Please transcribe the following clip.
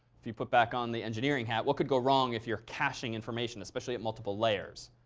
if you put back on the engineering hat, what could go wrong if you're caching information, especially at multiple layers?